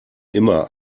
immer